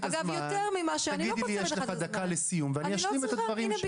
תגידי לי: יש לך עכשיו דקה לסיום ואני אשלים את הדברים שלי.